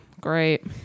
Great